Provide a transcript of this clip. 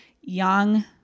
young